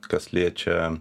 kas liečia